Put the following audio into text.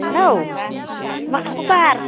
हेल' मा खबर